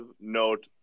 note